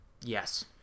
Yes